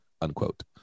unquote